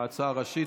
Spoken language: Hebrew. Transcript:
ההצעה הראשית.